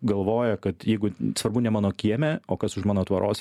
galvoja kad jeigu svarbu ne mano kieme o kas už mano tvoros